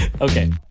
Okay